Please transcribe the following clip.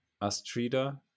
Astrida